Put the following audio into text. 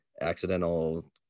accidental